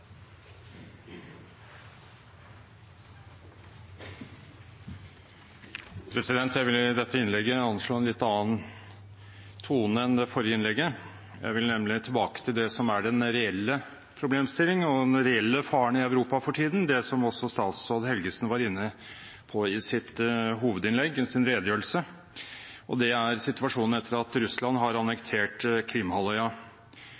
det. Jeg vil i dette innlegget anslå en litt annen tone enn den i det forrige innlegget. Jeg vil nemlig tilbake til det som er den reelle problemstillingen og den reelle faren i Europa for tiden – som også statsråd Helgesen var inne på i sin redegjørelse – situasjonen etter at Russland